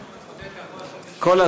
כן.